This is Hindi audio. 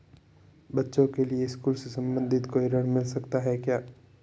बच्चों के लिए स्कूल से संबंधित कोई ऋण मिलता है क्या?